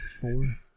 four